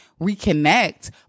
reconnect